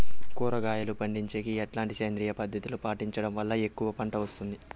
కూరగాయలు పండించేకి ఎట్లాంటి సేంద్రియ పద్ధతులు పాటించడం వల్ల ఎక్కువగా పంట వస్తుంది?